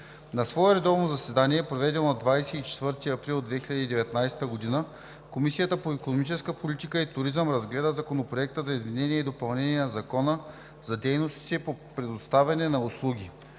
На свое редовно заседание, проведено на 24 април 2019 г., Комисията по икономическа политика и туризъм разгледа Законопроекта за изменение и допълнение на Закона за дейностите по предоставяне на услуги.